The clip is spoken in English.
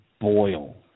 boil